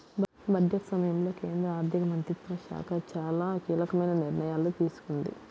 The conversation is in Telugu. బడ్జెట్ సమయంలో కేంద్ర ఆర్థిక మంత్రిత్వ శాఖ చాలా కీలకమైన నిర్ణయాలు తీసుకుంది